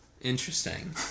Interesting